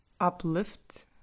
uplift